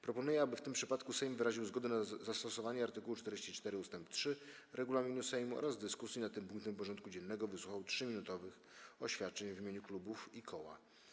Proponuję, aby w tym przypadku Sejm wyraził zgodę na zastosowanie art. 44 ust. 3 regulaminu Sejmu oraz w dyskusji nad tym punktem porządku dziennego wysłuchał 3-minutowych oświadczeń w imieniu klubów i koła.